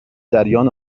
جریان